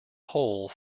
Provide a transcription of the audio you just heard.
hole